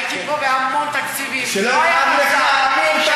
הייתי פה בהמון תקציבים, שלא יכאב לך, עמיר.